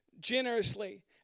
generously